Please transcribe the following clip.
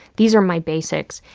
these are my basics.